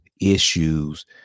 issues